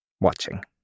watching